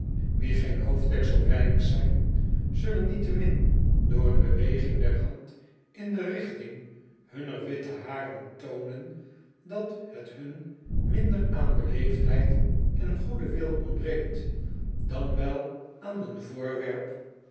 ie geen hoofddeksel rijk zijn zullen niettemin door een beweging der hand in de rigting hunner witte haren toonen dat het hun minder aan beleefdheid en goeden wil ontbreekt dan wel aan een voorwerp